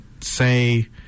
say